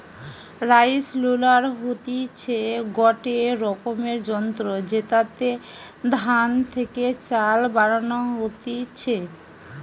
rice huller হতিছে গটে রকমের যন্ত্র জেতাতে ধান থেকে চাল বানানো হতিছে